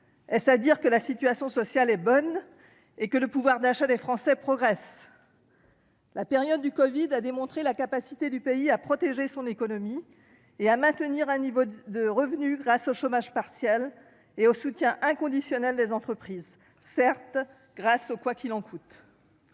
Est-ce à dire que la situation sociale est bonne et que le pouvoir d'achat des Français progresse ? La période du covid-19 a démontré la capacité du pays à protéger son économie et à maintenir un niveau de revenus grâce au chômage partiel et au soutien inconditionnel des entreprises, certes rendu possible par le « quoi qu'il en coûte.